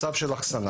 מצב של אחסנה,